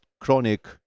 chronic